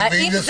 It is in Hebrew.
כי זה